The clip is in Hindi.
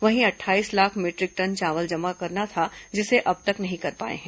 वहीं अट्ठाईस लाख मीटरिक टन चावल जमा करना था जिसे अब तक नहीं कर पाए हैं